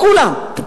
לכולם.